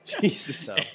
Jesus